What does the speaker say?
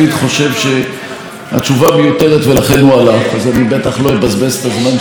אז אני בטח לא אבזבז את הזמן של כולנו להשיב למי